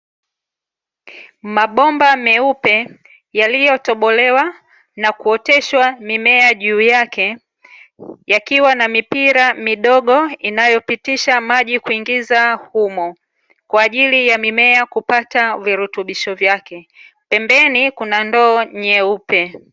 Mabomba meupe yaliyotobolewa na kuoteshwa mimea juu yake, yakiwa na mipira midogo inayopitisha maji kuingiza humo, kwa ajili ya mimea kupata virutubisho vyake. Pembeni kuna ndoo nyeupe.